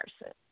person